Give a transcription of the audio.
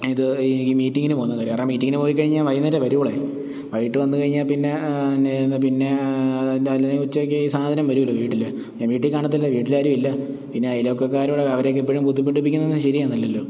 ഇത് ഈ മീറ്റിങ്ങിന് പോകുന്ന കാര്യം കാരണം മീറ്റിങ്ങിന് പോയി കഴിഞ്ഞാൽ വൈകുന്നേരം വരികയുള്ളൂ വൈകിട്ട് വന്നു കഴിഞ്ഞാൽ പിന്നെ പിന്നെ എന്തായാലും ഉച്ചയ്ക്ക് ഈ സാധനം വരുവല്ലോ വീട്ടിൽ ഞാൻ വീട്ടിൽ കാണാത്തില്ല വീട്ടിൽ ആരുവില്ല ഇനി അയൽവക്കകാരോട് അവരൊക്കെ എപ്പോഴും ബുദ്ധിമുട്ടിപ്പിക്കുന്നത് ശരിയൊന്നുമല്ലല്ലോ